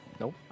Nope